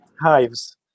hives